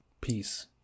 Peace